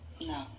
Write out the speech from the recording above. No